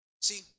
See